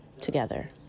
together